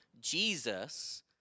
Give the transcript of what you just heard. Jesus